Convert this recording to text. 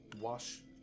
wash